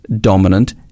dominant